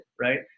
right